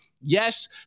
yes